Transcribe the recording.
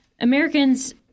Americans